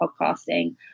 podcasting